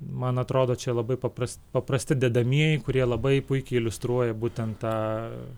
man atrodo čia labai papras paprasti dedamieji kurie labai puikiai iliustruoja būtent tą